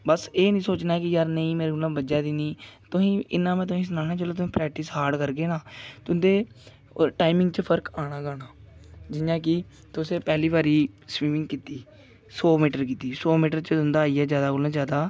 बस एह् निं सोचना कि यार नेईं मेरे कोला दा बज्जा दी निं तुसें ई इ'न्ना में तुसें ई सनाना कि जेल्लै तुस प्रैक्टिस हार्ड करगे ना तुंदे टाइमिंग च फर्क आना गै आना जि'यां कि तुसें पैह्ली बारी स्विमिंग कीती सौ मीटर कीती सौ मीटर च तुं'दा आइया जादा कोला दा जादा